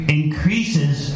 increases